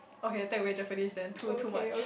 okay take away Japanese then too too much